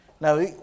Now